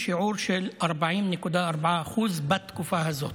בשיעור של 40.4% בתקופה הזאת.